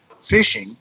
fishing